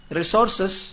resources